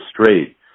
straight